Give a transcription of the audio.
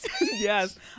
yes